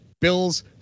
Bills